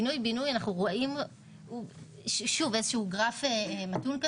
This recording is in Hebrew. לגבי הפינוי בנוי יש גרף מתון,